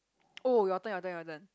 oh your turn your turn your turn